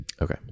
Okay